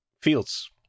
fields